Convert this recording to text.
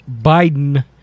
Biden